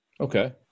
Okay